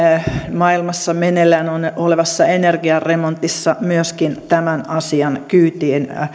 maailmassa meneillään olevassa energiaremontissa myöskin tämän asian kyytiin